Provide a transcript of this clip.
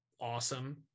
Awesome